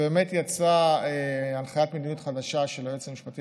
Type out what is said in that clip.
ובאמת יצאה הנחיית מדיניות חדשה של היועץ המשפטי